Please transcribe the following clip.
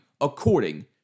according